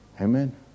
Amen